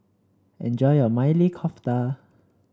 enjoy your Maili Kofta